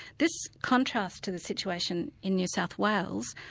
this contrast to the situation in new south wales,